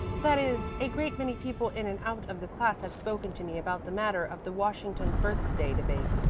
that is a great many people in and out of the class have spoken to me about the matter of the washington's birthday debate.